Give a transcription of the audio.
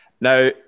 Now